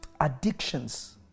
Addictions